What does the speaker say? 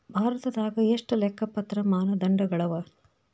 ಭಾರತದಾಗ ಎಷ್ಟ ಲೆಕ್ಕಪತ್ರ ಮಾನದಂಡಗಳವ?